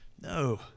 no